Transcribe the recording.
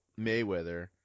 Mayweather